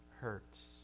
hurts